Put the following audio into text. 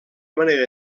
manera